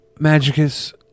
Magicus